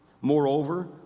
Moreover